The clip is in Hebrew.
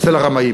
אצל הרמאים.